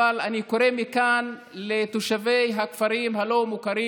אבל אני קורא מכאן לתושבי הכפרים הלא-מוכרים